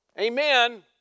amen